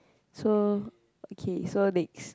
so okay so next